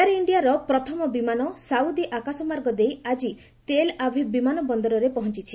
air ଇଣ୍ଡିଆର ପ୍ରଥମ ବିମାନ ସାଉଦି ଆକାଶମାର୍ଗ ଦେଇ ଆକି ତେଲ୍ ଆଭିଭ୍ ବିମାନ ବନ୍ଦରରେ ପହଞ୍ଚିଛି